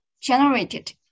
generated